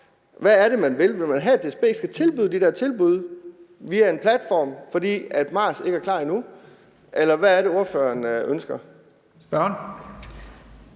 Hvad er det, man vil? Vil man have, at DSB skal tilbyde de der produkter via en platform, fordi MaaS-appen ikke er klar endnu? Eller hvad er det, spørgeren ønsker? Kl.